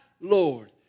Lord